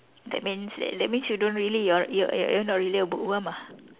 that means that that means you don't really you're you're you're you're not really a bookworm ah